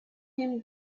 him